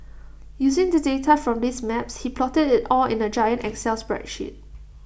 using the data from these maps he plotted IT all in A giant excel spreadsheet